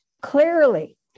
clearly